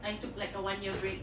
I took like a one year break